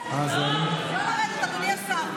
לא לרדת, אדוני השר.